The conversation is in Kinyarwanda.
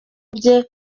bye